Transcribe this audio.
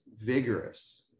vigorous